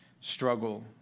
struggle